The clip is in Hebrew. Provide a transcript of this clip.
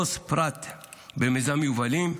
עו"ס פרט במיזם יובלים,